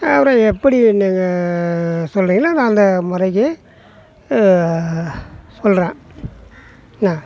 அப்புறம் எப்படி எனக்கு சொல்கிறீங்களோ நான் அந்த முறைக்கு சொல்கிறேன் என்ன